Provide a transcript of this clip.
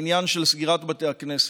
בעניין של סגירת בתי הכנסת.